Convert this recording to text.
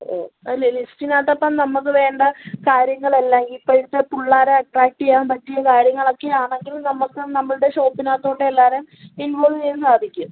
ഓ അല്ലെ ലിസ്റ്റിന് അകത്ത് നമുക്ക് വേണ്ട കാര്യങ്ങളെല്ലാം ഇപ്പോഴത്തെ പുള്ളാരെ അട്ട്രാക്റ്റ് ചെയ്യാൻ പറ്റി നമുക്ക് നമ്മളുടെ ഷോപ്പിന് അകത്തോട്ട് എഴര വരേ ഇൻവോൾ ചെയ്യാൻ സാധിക്കും